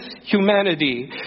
humanity